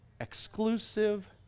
exclusive